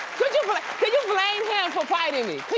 can you blame him for fighting me?